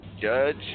Judge